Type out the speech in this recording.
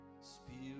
Spirit